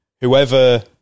whoever